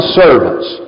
servants